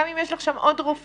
גם אם יש לך שם עוד רופאים,